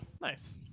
nice